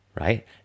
right